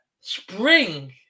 spring